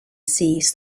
seize